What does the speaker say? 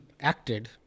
acted